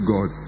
God